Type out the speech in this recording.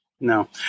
no